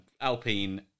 Alpine